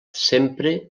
sempre